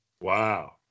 Wow